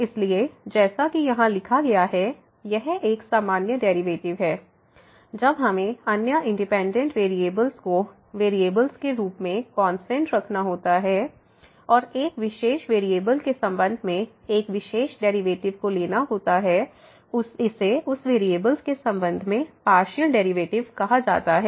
इसलिए जैसा कि यहां लिखा गया है यह एक सामान्य डेरिवेटिव है जब हमें अन्य इंडिपेंडेंट वेरिएबल् को वेरिएबल्स के रूप में कांस्टेंट रखना होता है और एक विशेष वेरिएबल्स के संबंध में एक विशेष डेरिवेटिव को लेना होता है इसे उस वेरिएबल्स के संबंध में पार्शियल डेरिवेटिव कहा जाता है